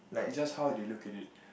just how they look at it